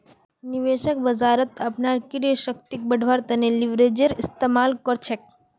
निवेशक बाजारत अपनार क्रय शक्तिक बढ़व्वार तने लीवरेजेर इस्तमाल कर छेक